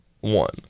one